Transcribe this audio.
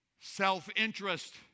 self-interest